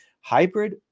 hybrid